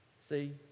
See